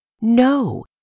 No